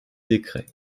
décrets